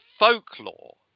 folklore